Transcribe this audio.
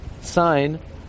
sign